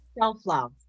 Self-love